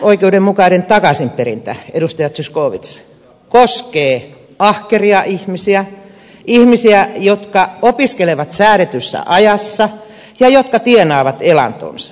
epäoikeudenmukainen takaisinperintä edustaja zyskowicz koskee ahkeria ihmisiä ihmisiä jotka opiskelevat säädetyssä ajassa ja jotka tienaavat elantonsa